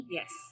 Yes